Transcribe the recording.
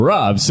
Rob